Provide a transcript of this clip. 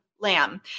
lamb